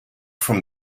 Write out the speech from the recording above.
from